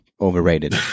overrated